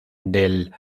del